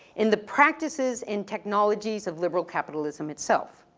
in the practices and technologies of liberal capitalism itself.